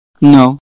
No